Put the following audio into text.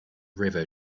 river